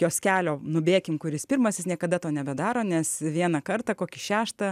kioskelio nubėkim kuris pirmas jis niekada to nebedaro nes vieną kartą kokį šeštą